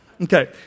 Okay